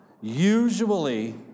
usually